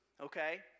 okay